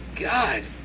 God